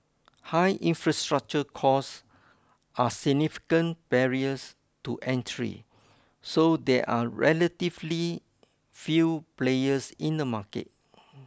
high infrastructure costs are significant barriers to entry so there are relatively few players in the market